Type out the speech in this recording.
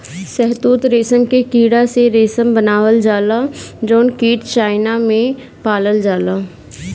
शहतूत रेशम के कीड़ा से रेशम बनावल जाला जउन कीट चाइना में पालल जाला